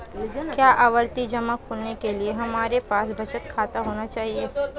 क्या आवर्ती जमा खोलने के लिए हमारे पास बचत खाता होना चाहिए?